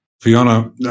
Fiona